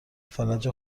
فلج